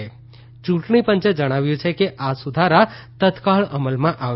યુંટણી પંચે જણાવ્યું છે કે આ સુધારા તત્કાળ અમલમાં આવશે